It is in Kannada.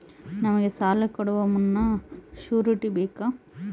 ನಮಗೆ ಸಾಲ ಕೊಡುವ ಮುನ್ನ ಶ್ಯೂರುಟಿ ಬೇಕಾ?